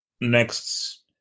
Next